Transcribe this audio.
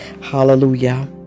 Hallelujah